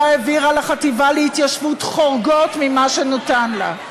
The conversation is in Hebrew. העבירה לחטיבה להתיישבות חורגות ממה שניתן לה.